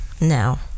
no